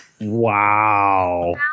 Wow